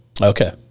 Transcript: okay